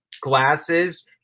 glasses